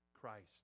Christ